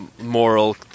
moral